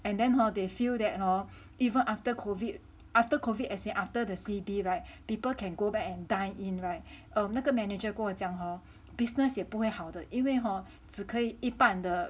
and then hor they feel that hor even after COVID after COVID as in after the C_B [right] people can go back and dine in [right] um 那个 manager 跟我讲 hor business 也不会好的因为 hor 只可以一半的